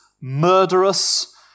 murderous